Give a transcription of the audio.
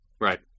Right